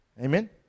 Amen